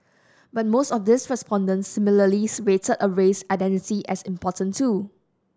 but most of these respondents similarly rated a race identity as important too